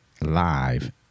live